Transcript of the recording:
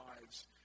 lives